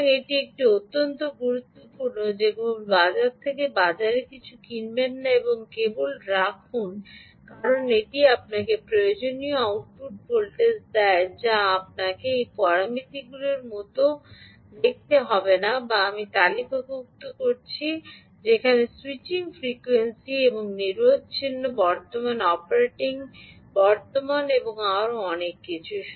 সুতরাং এটি অত্যন্ত গুরুত্বপূর্ণ যে কেবল বাজার থেকে বাজারে কিছু কিনবেন না এবং কেবল রাখুন কারণ এটি আপনাকে প্রয়োজনীয় আউটপুট ভোল্টেজ দেয় যা আপনাকে এই পরামিতিগুলির মতো দেখতে হবে না যা আমি তালিকাভুক্ত করেছি listed যেমন স্যুইচিং ফ্রিকোয়েন্সি এবং নিরবচ্ছিন্ন বর্তমান অপারেটিং বর্তমান এবং আরও অনেক কিছু